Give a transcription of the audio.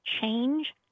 change